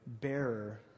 bearer